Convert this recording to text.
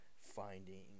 finding